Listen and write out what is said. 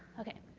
okay.